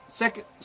second